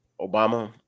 Obama